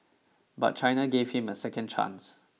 but China gave him a second chance